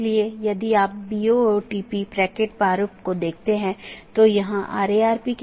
दूसरे अर्थ में जब मैं BGP डिवाइस को कॉन्फ़िगर कर रहा हूं मैं उस पॉलिसी को BGP में एम्बेड कर रहा हूं